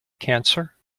cancer